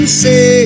say